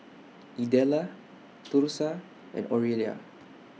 Idella Thursa and Orelia